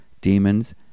demons